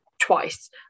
twice